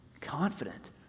confident